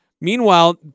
Meanwhile